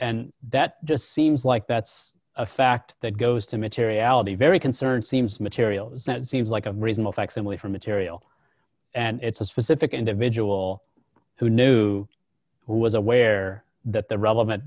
and that just seems like that's a fact that goes to materiality very concerned seems materials that seems like a reasonable facsimile for material and it's a specific individual who knew who was aware that the relevant